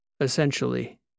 essentially